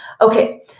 Okay